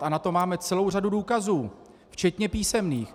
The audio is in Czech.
A na to máme celou řadu důkazů, včetně písemných.